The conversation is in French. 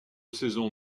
saison